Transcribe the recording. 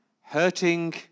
hurting